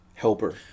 Helper